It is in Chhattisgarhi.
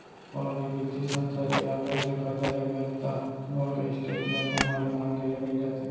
कोनो भी बित्तीय संस्था ले या बेंक ले करजा लेबे त लोन के स्टेट मेंट उहॉं ले मांगे ले मिल जाथे